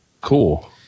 Cool